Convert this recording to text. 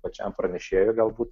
pačiam pranešėjui galbūt